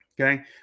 okay